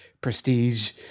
prestige